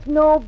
no